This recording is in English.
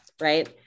right